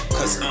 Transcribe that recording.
Cause